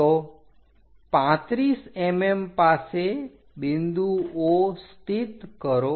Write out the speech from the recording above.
તો 35 mm પાસે બિંદુ O સ્થિત કરો